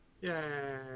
Yay